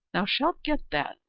thou shalt get that,